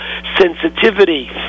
sensitivity